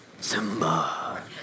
Simba